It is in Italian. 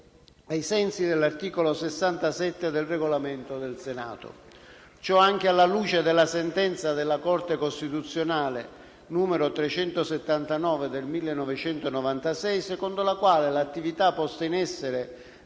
ai sensi dell'articolo 67 del Regolamento del Senato. Ciò anche alla luce della sentenza della Corte costituzionale n. 379 del 1996, secondo la quale l'attività posta in essere